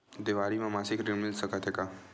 देवारी म मासिक ऋण मिल सकत हे?